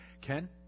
Ken